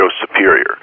superior